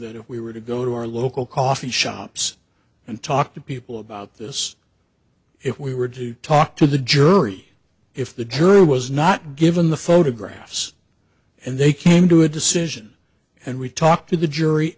that if we were to go to our local coffee shops and talk to people about this if we were to talk to the jury if the jury was not given the photographs and they came to a decision and we talked to the jury